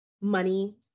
money